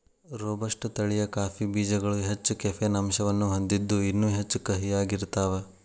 robusta ತಳಿಯ coffee ಬೇಜಗಳು ಹೆಚ್ಚ ಕೆಫೇನ್ ಅಂಶವನ್ನ ಹೊಂದಿದ್ದು ಇನ್ನೂ ಹೆಚ್ಚು ಕಹಿಯಾಗಿರ್ತಾವ